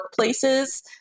workplaces